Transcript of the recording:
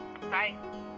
Bye